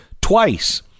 twice